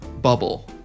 bubble